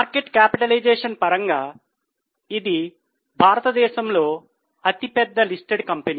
market capitalisation పరంగా ఇది భారతదేశంలో అతిపెద్ద లిస్టెడ్ కంపెనీ